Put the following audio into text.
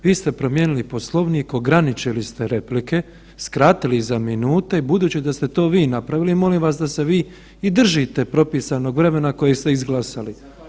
Vi ste promijenili Poslovnik, ograničili ste replike, skratili za minute i budući da ste to vi napravili molim vas da se i vi držite propisanog vremena koje ste izglasali.